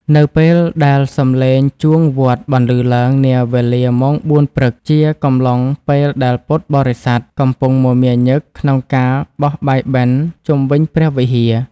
នៅពេលដែលសម្លេងជួងវត្តបន្លឺឡើងនាវេលាម៉ោង ៤ ព្រឹក ជាកំឡុងពេលដែលពុទ្ធបរិស័ទកំពុងមមាញឹកក្នុងការបោះបាយបិណ្ឌជុំវិញព្រះវិហារ។